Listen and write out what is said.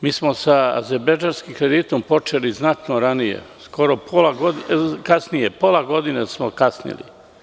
Mi smo sa azerbejdžanskim kreditom počeli znatno kasnije, skoro pola godine smo kasnili.